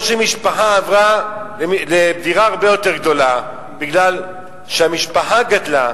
או שמשפחה עברה לדירה הרבה יותר גדולה כי המשפחה גדלה,